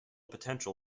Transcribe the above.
potential